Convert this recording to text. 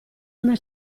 una